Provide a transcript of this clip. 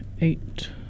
eight